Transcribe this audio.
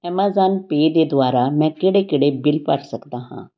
Amazon Pay ਦੇ ਦੁਆਰਾ ਮੈਂ ਕਿਹੜੇ ਕਿਹੜੇ ਬਿੱਲ ਭਰ ਸਕਦਾ ਹਾਂ